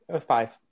Five